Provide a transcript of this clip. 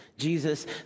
Jesus